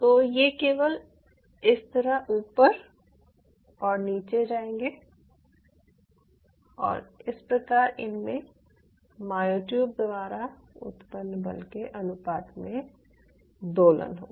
तो यह केवल इस तरह ऊपर और नीचे जायेंगे और इस प्रकार इनमे मायोट्यूब द्वारा उत्पन्न बल के अनुपात में दोलन होगा